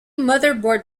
motherboard